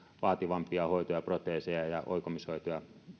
vaativammat hoidot proteesit ja ja oikomishoidot